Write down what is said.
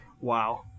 wow